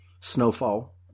snowfall